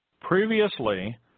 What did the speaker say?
Previously